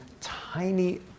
tiny